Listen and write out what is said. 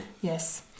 Yes